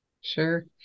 Sure